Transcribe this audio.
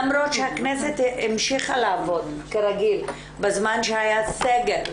למרות שהכנסת המשיכה לעבוד כרגיל בזמן שהיה סגר,